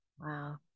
Wow